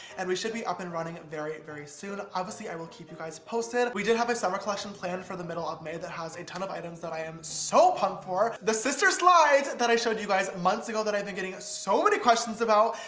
and we should be up and running very, very soon. obviously i will keep you guys posted. we did have a summer collection planned for the middle of may that has a ton of items that i am so pumped for. the sister slides that i showed you guys months ago, that i've been getting ah so many questions about,